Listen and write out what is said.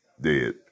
dead